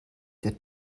der